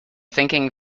thinking